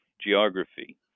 geography